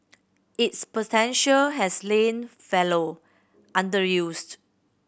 its potential has lain fallow underused